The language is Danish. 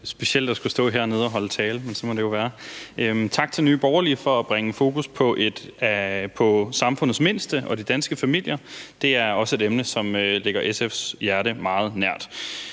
specielt at skulle stå hernede og holde talen, men sådan må det jo være. Tak til Nye Borgerlige for at bringe fokus på samfundets mindste og de danske familier, det er også et emne, som ligger SF's hjerte meget nært.